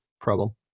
problem